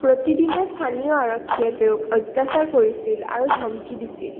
প্ৰতিদিনে স্থানীয় আৰক্ষীয়ে তেওঁক অত্যাচাৰ কৰিছিল আৰু ধমকি দিছিল